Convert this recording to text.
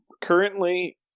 Currently